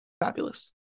Fabulous